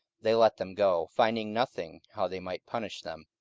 they let them go, finding nothing how they might punish them,